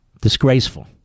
disgraceful